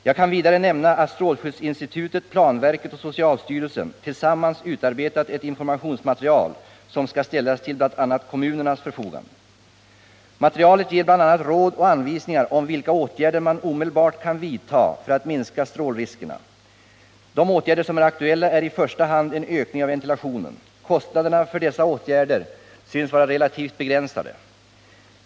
Jag kan vidare nämna att strålskyddsinstitutet, planverket och socialstyrelsen tillsammans utarbetat ett informationsmaterial som skall ställas till bl.a. kommunernas förfogande. Materialet ger bl.a. råd och anvisningar om vilka åtgärder man omedelbart kan vidta för att minska strålriskerna. De åtgärder som är aktuella är i första hand en ökning av ventilationen. Kostnaderna för dessa åtgärder synes vara relativt begränsade.